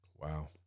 Wow